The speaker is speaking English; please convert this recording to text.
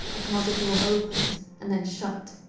a closet door opened, and then shut,